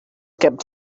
kept